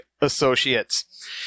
Associates